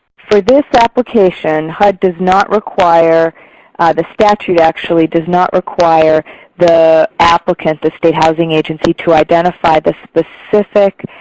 for this application, hud does not require the statute, actually, does not require the applicant, the state housing agency, to identify the specific